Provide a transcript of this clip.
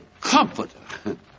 comforter